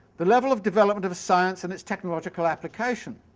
the level of development of science and its technological application,